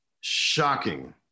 shocking